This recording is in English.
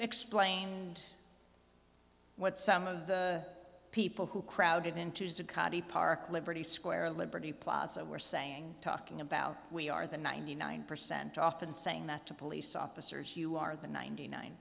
explained what some of the people who crowded into zuccotti park liberty square liberty plaza were saying talking about we are the ninety nine percent often saying that to police officers you are the ninety nine